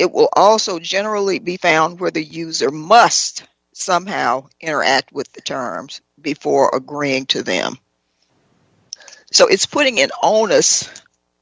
it will also generally be found where the user must somehow interact with the terms before agreeing to them so it's putting it onus